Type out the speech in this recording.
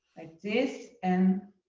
this, and